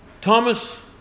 Thomas